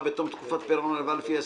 בתום תקופת פירעון ההלוואה לפי ההסכם,